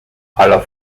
aller